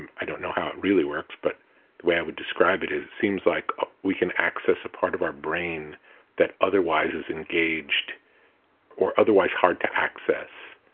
and i don't know how it really works, but the way i would describe it, is it seems like we can access a part of our brain that otherwise is engaged or otherwise hard to access